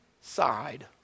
side